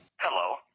hello